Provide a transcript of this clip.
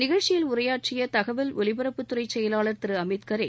நிகழ்ச்சியில் உரையாற்றிய தகவல் ஒலிபரப்புத்துறை செயலாளர் திரு அமீத் கரே